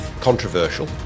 controversial